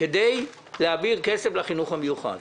כדי להעביר כסף לחינוך המיוחד.